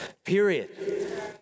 Period